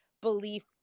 belief